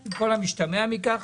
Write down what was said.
על כל המשתמע מכך.